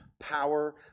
power